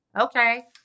okay